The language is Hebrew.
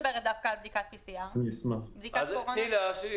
בדיקת הקורונה לא מדברת דווקא על בדיקת PCR. תני לאשי,